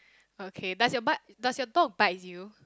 okay does your but does your dog bite you